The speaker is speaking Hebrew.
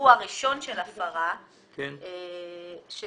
אירוע ראשון של הפרה, תינתן